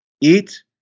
eat